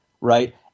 Right